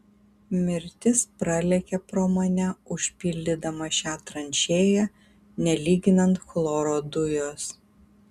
mirtis pralėkė pro mane užpildydama šią tranšėją nelyginant chloro dujos